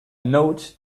note